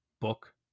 book